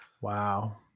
Wow